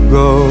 go